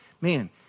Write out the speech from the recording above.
Man